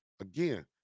again